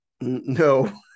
No